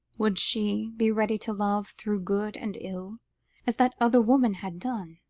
would she be ready to love through good and ill as that other woman had done?